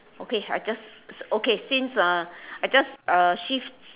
okay I just okay since uh I just uh shift